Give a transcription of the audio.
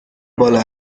بالا